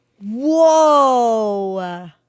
Whoa